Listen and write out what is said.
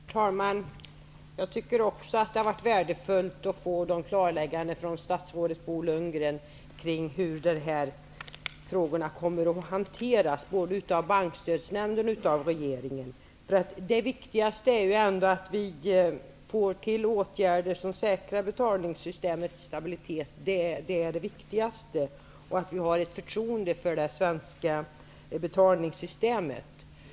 Herr talman! Jag tycker också att det har varit värdefullt att få klarlägganden från statsrådet Bo Lundgren om hur frågorna kommer att hanteras, både av Bankstödsnämnden och av regeringen. Det viktigaste är att åtgärder vidtas som säkrar betalningssystemets stabilitet och att det finns förtroende för det svenska betalningssystemet.